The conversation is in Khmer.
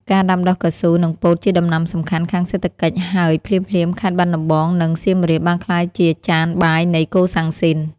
ការ ដាំដុះកៅស៊ូ និងពោតជាដំណាំសំខាន់ខាងសេដ្ឋកិច្ចហើយភ្លាមៗខេត្តបាត់ដំបងនិង សៀមរាបបានក្លាយជាចាន បាយនៃកូសាំងស៊ីន ។